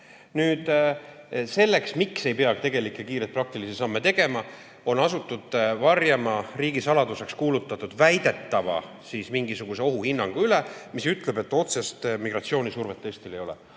[Põhjendades], miks ei pea tegelikke, kiireid ja praktilisi samme tegema, on asutud varjama riigisaladuseks kuulutatud väidetavat mingisugust ohuhinnangut, mis ütleb, et otsest migratsioonisurvet Eestile ei ole.